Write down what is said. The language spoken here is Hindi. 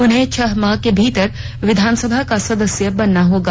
उन्हें छह माह के भीतर विधानसभा का सदस्य बनना होगा